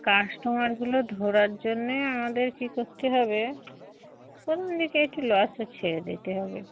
কাস্টমারগুলো ধরার জন্যে আমাদের কী করতে হবে প্রথম দিকে একটু লসে ছেড়ে দিতে হবে